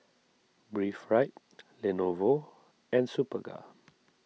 Breathe Right Lenovo and Superga